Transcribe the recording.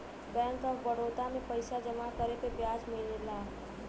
bank of Baroda में पइसा जमा करे पे ब्याज मिलला